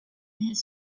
his